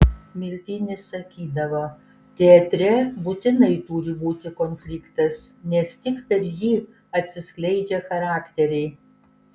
miltinis sakydavo teatre būtinai turi būti konfliktas nes tik per jį atsiskleidžia charakteriai